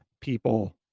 people